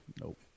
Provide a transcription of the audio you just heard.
Nope